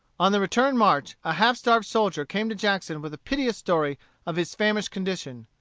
on the return march, a half-starved soldier came to jackson with a piteous story of his famished condition.